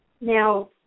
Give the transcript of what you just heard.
Now